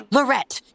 Lorette